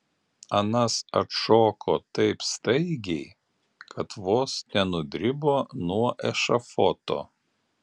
anas atšoko taip staigiai kad vos nenudribo nuo ešafoto